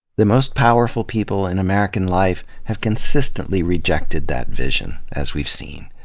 the most powerful people in american life have consistently rejected that vision, as we've seen.